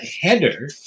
header